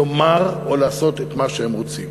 לומר או לעשות את מה שהם רוצים.